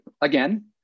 again